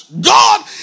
God